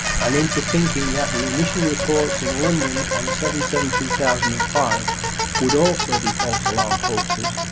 and into thinking that the initial reports in london on seven seven two thousand and five would also be false-alarm hoaxes,